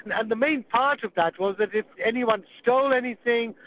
and the main part of that was that if anyone stole anything,